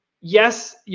yes